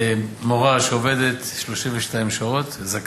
מורה שעובדת 32 שעות זכאית.